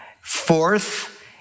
Fourth